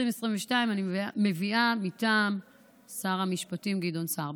אני מביאה מטעם שר המשפטים גדעון סער.